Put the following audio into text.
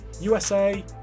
USA